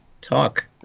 talk